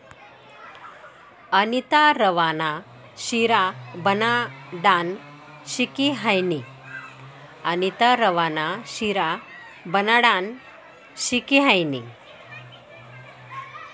अनीता रवा ना शिरा बनाडानं शिकी हायनी